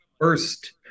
first